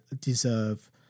deserve